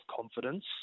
confidence